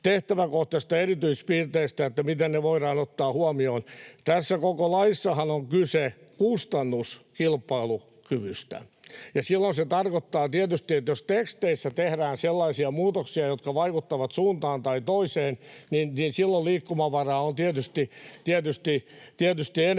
tehtäväkohtaisista erityispiirteistä, että miten ne voidaan ottaa huomioon. [Niina Malmin välihuuto] Tässä koko laissahan on kyse kustannuskilpailukyvystä, ja silloin se tarkoittaa tietysti, että jos teksteissä tehdään sellaisia muutoksia, jotka vaikuttavat suuntaan tai toiseen, niin silloin liikkumavaraa on tietysti enemmän,